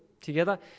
together